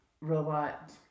robot